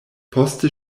poste